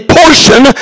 portion